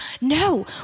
No